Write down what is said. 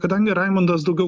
kadangi raimundas daugiau